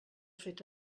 fet